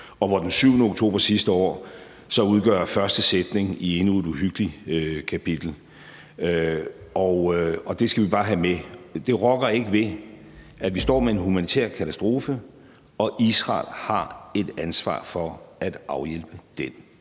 dannelse. 7. oktober sidste år udgør så første sætning i endnu et uhyggeligt kapitel. Det skal vi bare have med. Det rokker ikke ved, at vi står med en humanitær katastrofe, og Israel har et ansvar for at afhjælpe den.